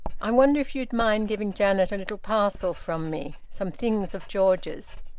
i wonder if you'd mind giving janet a little parcel from me some things of george's?